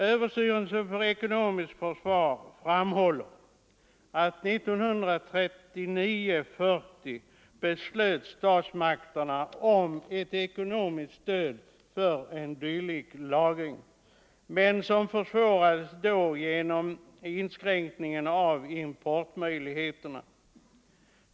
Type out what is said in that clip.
Överstyrelsen för ekonomiskt försvar framhåller att statsmakterna 1939 1940 beslöt om ett ekonomiskt stöd för dylik lagring, men detta försvårades då genom inskränkningen av importmöjligheterna.